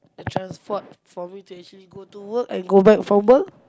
a transport for me to go to work and go back from work